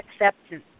acceptance